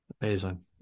Amazing